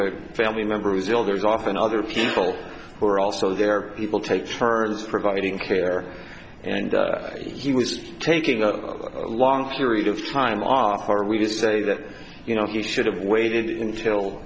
a family member who's ill there's often other people who are also there people take first providing care and he was taking a long period of time off are we to say that you know he should have waited until